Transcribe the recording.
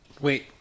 Wait